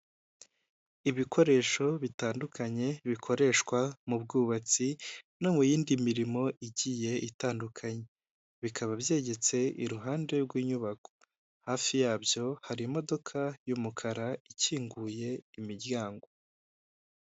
Ibikoresho bitandukanye bikoreshwa mu bwubatsi no mu yindi mirimo igiye itandukanye. Bikaba byegetse iruhande rw'inyubako, hafi yabyo hari imodoka y'umukara ikinguye imiryango.